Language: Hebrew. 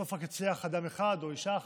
בסוף יצליח רק אדם אחד או אישה אחת,